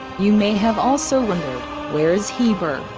you may have also wondered where is heber,